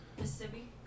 Mississippi